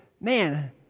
man